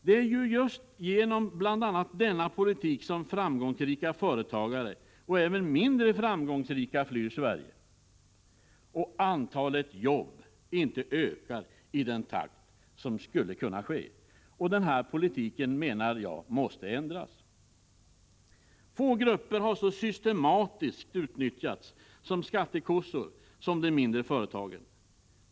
Det är ju just genom bl.a. denna politik som framgångsrika företagare, och även mindre framgångsrika, flyr Sverige och antalet jobb inte ökar i den takt som skulle kunna vara möjlig. Jag menar att denna politik måste ändras. Få grupper har så systematiskt utnyttjats såsom skattekossor som de mindre företagen.